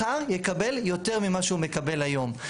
מחר יקבל יותר ממה שהוא מקבל היום.